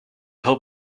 her